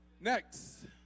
Next